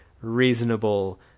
reasonable